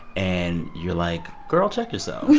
and you're like, girl, check yourself